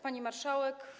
Pani Marszałek!